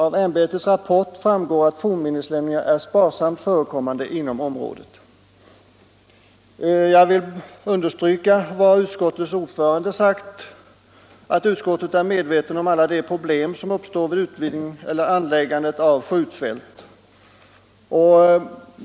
Av ämbetets rapport framgår att fornminneslämningarna är sparsamt förekommande inom området. Jag vill understryka vad utskottets ordförande har sagt, att utskottet är medvetet om alla de problem som uppstår vid utvidgning eller anläggande av skjutfält.